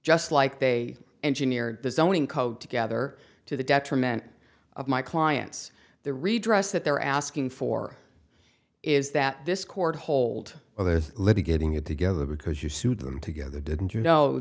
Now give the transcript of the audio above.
just like they engineered the zoning code to gather to the detriment of my clients the redress that they're asking for is that this court hold or this little getting it together because you sued them together didn't